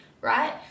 Right